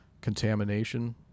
Contamination